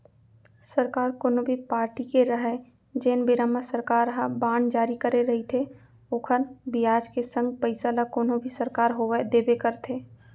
सरकार कोनो भी पारटी के रहय जेन बेरा म सरकार ह बांड जारी करे रइथे ओखर बियाज के संग पइसा ल कोनो भी सरकार होवय देबे करथे